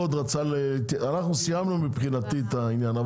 סיימנו מבחינתי את העניין,